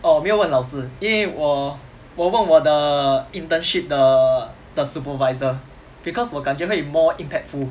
oh 我没有问老师因我我问我的 internship 的的 supervisor because 我感觉会 more impactful